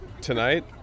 Tonight